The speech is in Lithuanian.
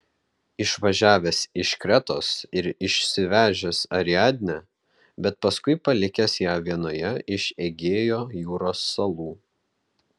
išvažiavęs iš kretos ir išsivežęs ariadnę bet paskui palikęs ją vienoje iš egėjo jūros salų